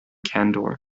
candor